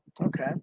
Okay